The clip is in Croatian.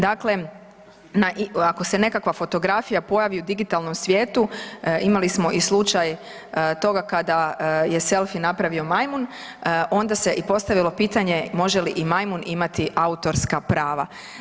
Dakle, ako se nekakva fotografija pojavi u digitalnom svijetu, imali smo i slučaj toga kada je selfie napravio majmun, onda se i postavilo pitanje može li i majmun imati autorska prava.